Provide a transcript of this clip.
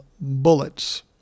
bullets